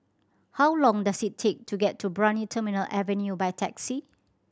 how long does it take to get to Brani Terminal Avenue by taxi